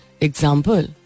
example